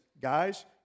guys